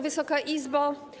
Wysoka Izbo!